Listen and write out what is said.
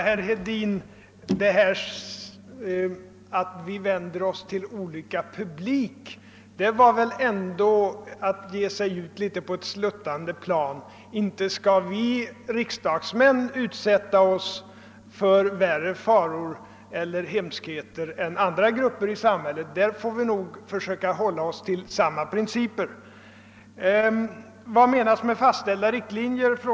Herr talman! Att säga att vi vänder oss till olika publik var väl ändå, herr Hedin, att ge sig ut på ett sluttande plan. Inte skall vi riksdagsmän utsätta oss för värre faror eller hemskheter än andra grupper i samhället — därvidlag får vi nog försöka hålla oss till samma principer. Herr Hedin frågade vad som menas med fastställda riktlinjer.